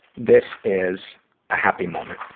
this is a happy moment.